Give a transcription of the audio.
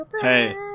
Hey